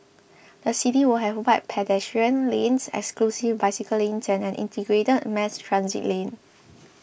the city will have wide pedestrian lanes exclusive bicycle lanes and an integrated mass transit lane